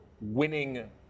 winning